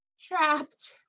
Trapped